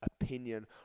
opinion